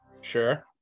Sure